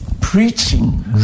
preaching